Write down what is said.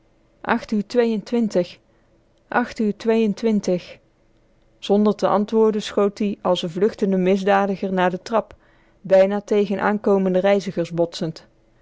en zonder te antwoorden schoot ie als n vluchtende misdadiger naar de trap bijna tegen aankomende reizigers botsend